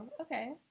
okay